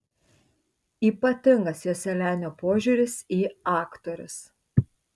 ypatingas joselianio požiūris į aktorius